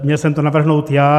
Měl jsem to navrhnout já.